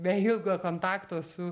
be ilgo kontakto su